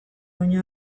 baina